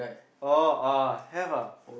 oh oh have ah